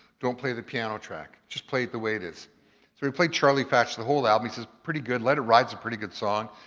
don't play the piano track, just play it the way it is. rb so we played charlie fash the whole album, he said, pretty good, let it ride's a pretty good song.